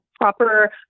proper